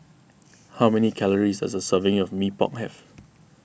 how many calories does a serving of Mee Pok have